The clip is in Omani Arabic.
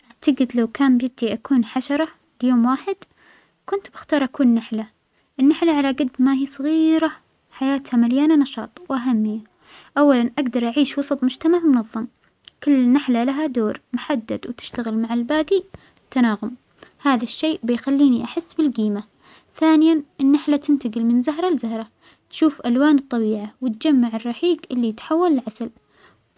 أعتجد لو كان بدى أكون حشرة ليوم واحد كنت بختار أكون نحلة، النحلة على جد ما هى ضغييرة حياتها مليانة نشاط وأهمية، أولا أجدر أعيش وسط مجتمع منظم، كل نحلة لها دور محدد، وتشتغل مع الباجى بتناغم، هذا الشيء بيخلينى أحس بالجيمة، ثانياً النحلة تنتجل من زهرة لزهرة تشوف ألوان الطبيعة وتجمع الرحيج اللى يتحول لعسل.